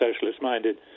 socialist-minded